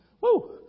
Woo